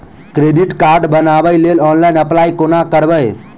Credit card बनाबै लेल online apply कोना करबै?